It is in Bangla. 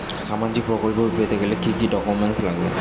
সামাজিক প্রকল্পগুলি পেতে গেলে কি কি ডকুমেন্টস লাগবে?